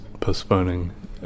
postponing